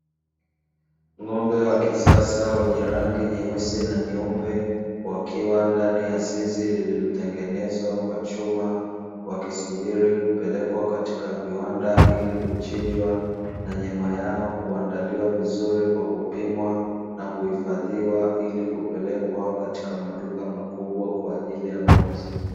Ng’ombe wa kisasa wenye rangi nyeusi na nyeupe, wakiwa ndani ya zizi lililotengenezwa kwa chuma. Wakisubiri kupelekwa katiaka viwanda ili kuchinjwa na nyama yao kuandaliwa vizuri kwa kupimwa na kuhifadhiwa vizuri. Ili kupelekwa katika maduka makubwa kwa ajili ya mauzo.